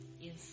Yes